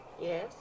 Yes